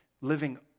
living